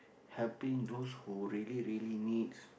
helping those who really really needs